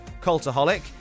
cultaholic